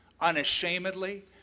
unashamedly